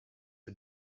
who